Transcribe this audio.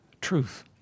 Truth